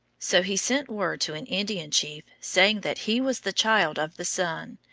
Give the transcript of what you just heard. so he sent word to an indian chief saying that he was the child of the sun,